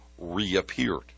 reappeared